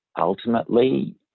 ultimately